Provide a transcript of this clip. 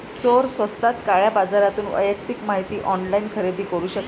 चोर स्वस्तात काळ्या बाजारातून वैयक्तिक माहिती ऑनलाइन खरेदी करू शकतात